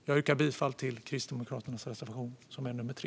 Jag yrkar bifall till Kristdemokraternas reservation nr 3.